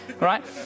right